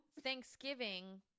Thanksgiving